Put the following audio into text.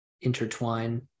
intertwine